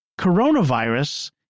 coronavirus